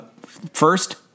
First